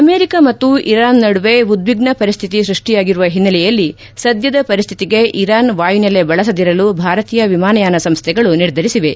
America ಮತ್ತು Iran ನಡುವೆ ಉದ್ವಿಗ್ನ ಪರಿಸ್ತಿತಿ ಸ್ಪಷ್ಟಿಯಾಗಿರುವ ಹಿನ್ನೆಲೆಯಲ್ಲಿ ಸದ್ಲದ ಪರಿಸ್ತಿತಿಗೆ ಇರಾನ್ ವಾಯುನೆಲೆ ಬಳಸದಿರಲು ಭಾರತೀಯ ವಿಮಾನಯಾನ ಸಂಸ್ಟೆಗಳು ನಿರ್ಧರಿಸಿವೆ